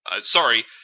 sorry